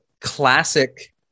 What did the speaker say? classic